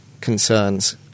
concerns